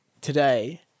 today